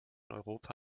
europa